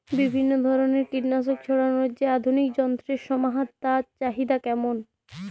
বিভিন্ন ধরনের কীটনাশক ছড়ানোর যে আধুনিক যন্ত্রের সমাহার তার চাহিদা কেমন?